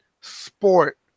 sport